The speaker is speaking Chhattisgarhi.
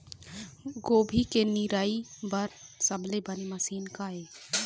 गोभी के निराई बर सबले बने मशीन का ये?